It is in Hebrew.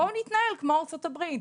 בואו נתנהל כמו ארצות הברית.